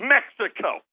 Mexico